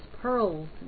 pearls